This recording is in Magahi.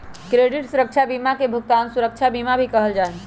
क्रेडित सुरक्षा बीमा के भुगतान सुरक्षा बीमा भी कहल जा हई